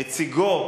נציגו,